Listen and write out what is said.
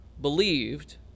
believed